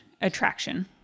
attraction